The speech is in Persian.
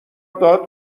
داد